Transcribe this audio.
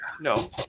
No